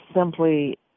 simply